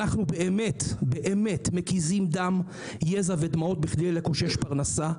אנחנו מקיזים דם, יזע ודמעות בכדי לקושש פרנסה.